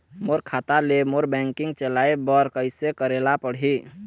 मोर खाता ले मोर बैंकिंग चलाए बर कइसे करेला पढ़ही?